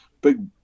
big